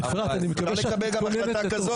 אפשר לקבל גם החלטה כזאת.